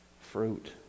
fruit